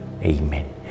Amen